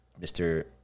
Mr